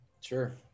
Sure